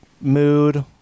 mood